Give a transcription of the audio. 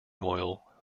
oil